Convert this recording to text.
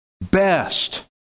best